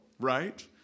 right